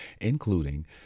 including